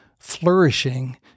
flourishing